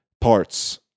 parts